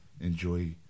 enjoy